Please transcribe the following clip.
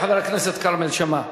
תודה לחבר הכנסת כרמל שאמה.